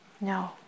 No